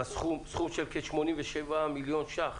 בסכום של כ-87 מיליון שקל